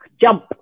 jump